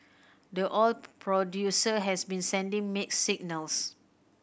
the oil producer has been sending mixed signals